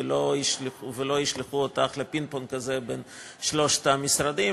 ולא ישלחו אותך לפינג-פונג כזה בין שלושת המשרדים,